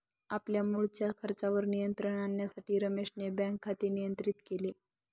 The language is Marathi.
आपल्या मुळच्या खर्चावर नियंत्रण आणण्यासाठी रमेशने बँक खाते नियंत्रित केले